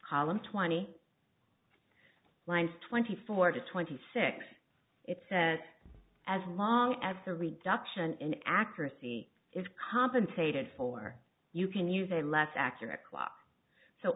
column twenty lines twenty four to twenty six it says as long as the reduction in accuracy is compensated for you can use a less accurate clock so